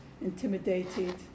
intimidated